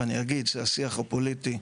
אני אגיד שהשיח הפוליטי,